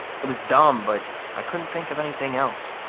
it was dumb but i couldn't think of anything else.